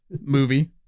movie